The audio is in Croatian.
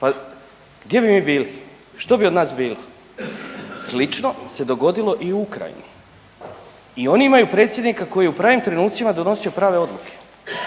Pa gdje bi mi bili? Što bi od nas bilo? Slično se dogodilo i u Ukrajini. I oni imaju predsjednika koji je u pravim trenucima donosio prave odluke.